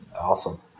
Awesome